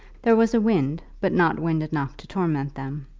there was a wind, but not wind enough to torment them.